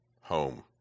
home